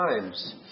times